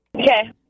Okay